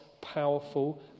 powerful